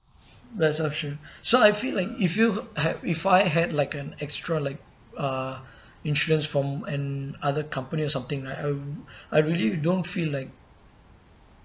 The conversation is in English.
best option so I feel like if you have if I had like an extra like uh insurance form and other company or something right I I really don't feel like